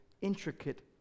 intricate